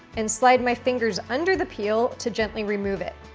and slide my fingers under the peel to gently remove it.